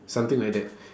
something like that